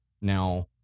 Now